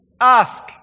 Ask